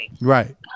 right